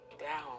down